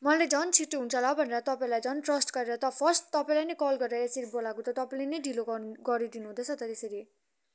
मैले झन छिटो हुन्छ होला भनेर तपाईँलाई झन ट्रस्ट गरेर फर्स्ट तपाईँलाई नै कल गरेर यसरी बोलाएको त तपाईँले नै ढिलो गरिदिनु हुँदैछ त यसरी